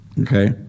Okay